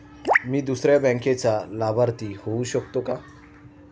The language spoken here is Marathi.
मी दुसऱ्या बँकेचा लाभार्थी होऊ शकतो का?